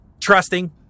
trusting